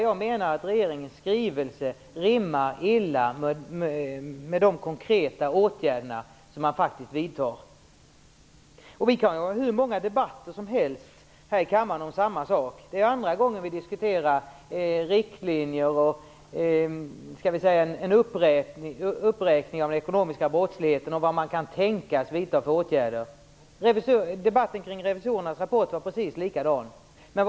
Jag menar att regeringens skrivelse rimmar illa med de konkreta åtgärder man vidtar. Vi kan ha hur många debatter som helst här i kammaren om samma sak. Det är nu andra gången vi diskuterar riktlinjer, en uppräkning av bekämpningen av den ekonomiska brottsligheten och vilka åtgärder man kan tänkas vidta. Debatten kring Riksdagens revisorers rapport var precis likadan.